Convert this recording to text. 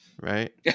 Right